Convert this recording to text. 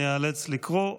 איאלץ לקרוא אותו,